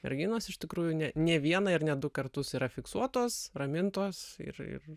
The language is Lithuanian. merginos iš tikrųjų ne ne vieną ir ne du kartus yra fiksuotos ramintos ir ir